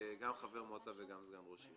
גם חבר מועצה וגם סגן ראש עיר.